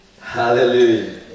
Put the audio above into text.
Hallelujah